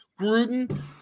Gruden